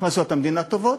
הכנסות המדינה טובות.